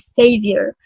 savior